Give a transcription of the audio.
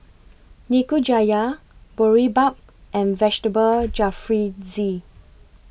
Nikujaga Boribap and Vegetable Jalfrezi